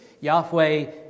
Yahweh